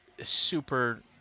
super